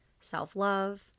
self-love